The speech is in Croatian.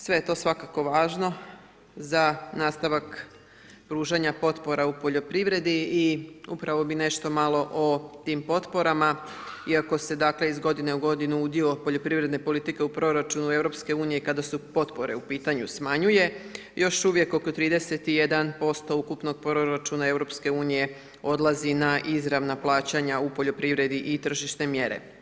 Sve je to svakako važno za nastavak pružanja potpora u poljoprivredi i upravo bi nešto malo o tim potporama, iako se dakle iz godine u godinu udio poljoprivredne politike u proračunu EU kada su potpore u pitanju smanjuje još uvijek oko 31% ukupnog proračuna EU odlazi na izravna plaćanja u poljoprivredi i tržišne mjere.